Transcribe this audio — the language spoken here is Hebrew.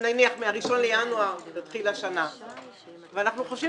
מה-1 בינואר תתחיל השנה ואנחנו חושבים